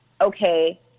okay